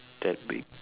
that big